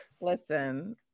listen